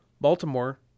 baltimore